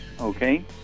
okay